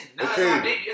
Okay